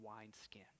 wineskin